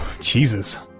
Jesus